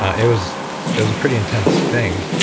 it was it was a pretty intense thing.